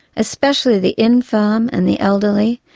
especially the infirm and the elderly,